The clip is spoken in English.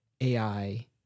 ai